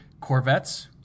Corvettes